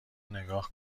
نگاه